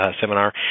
seminar